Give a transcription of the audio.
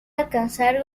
alcanzar